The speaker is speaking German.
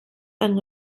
ein